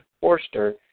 Forster